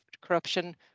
corruption